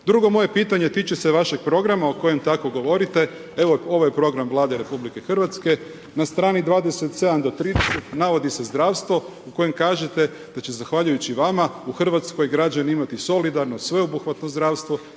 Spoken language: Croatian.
Drugo moje pitanje tiče se vašeg programa o kojem tako govorite. Evo, ovo je program Vlade RH, na strani 27-30 navodi se zdravstvo u kojem kažete da će zahvaljujući vama u Hrvatskoj građani imati solidarno sveobuhvatno zdravstvo,